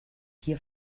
hier